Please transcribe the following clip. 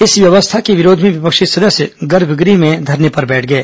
इस व्यवस्था के विरोध में विपक्षी सदस्य गर्भगृह में धरने पर बैठ गए